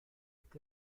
est